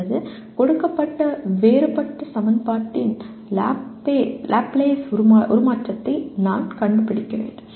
அல்லது கொடுக்கப்பட்ட வேறுபட்ட சமன்பாட்டின் லாப்லேஸ் உருமாற்றத்தை நான் கண்டுபிடிக்க வேண்டும்